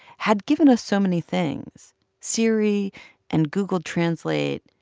had given us so many things siri and google translate.